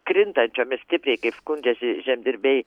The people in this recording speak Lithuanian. krintančiomis stipriai skundžiasi žemdirbiai